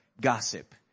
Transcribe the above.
gossip